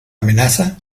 amenaza